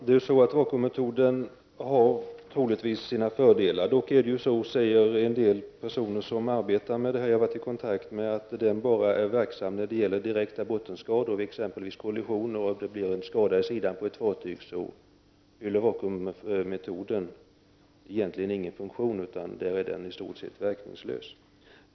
Fru talman! Vakuummetoden har troligtvis sina fördelar. Dock säger en del personer som arbetar med detta att den bara är verksam när det gäller direkta bottenskador. Vid exempelvis kollisioner, när det blir skador i sidan på ett fartyg, fyller vakuummetoden egentligen ingen funktion, utan är i stort sett verkningslös.